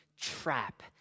trap